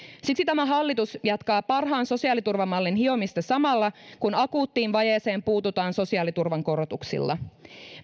siksi tämä hallitus jatkaa parhaan sosiaaliturvamallin hiomista samalla kun akuuttiin vajeeseen puututaan sosiaaliturvan korotuksilla